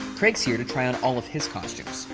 craig's here to try on all of his costumes.